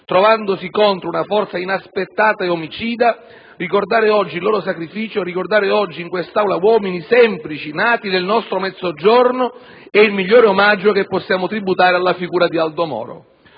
trovandosi contro una forza inaspettata e omicida. Ricordare oggi il loro sacrificio, ricordare oggi in quest'Aula uomini semplici, nati del nostro Mezzogiorno, è il migliore omaggio che possiamo tributare alla figura di Aldo Moro;